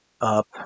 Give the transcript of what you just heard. up